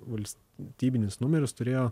valstybinis numeris turėjo